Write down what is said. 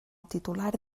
titular